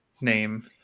name